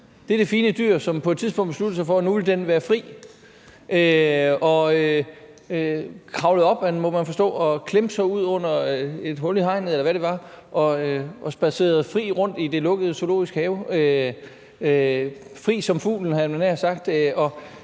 Det er det fine dyr, som på et tidspunkt besluttede sig for, at den nu ville være fri. Den kravlede op, må man forstå, og klemte sig ud under et hul i hegnet, eller hvad det var, og spadserede frit rundt i den lukkede zoologiske have – fri som fuglen, havde jeg nær sagt.